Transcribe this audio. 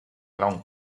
long